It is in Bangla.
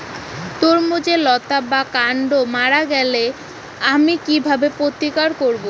তরমুজের লতা বা কান্ড মারা গেলে আমি কীভাবে প্রতিকার করব?